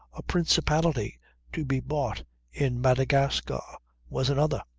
a principality to be bought in madagascar was another.